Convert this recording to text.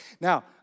Now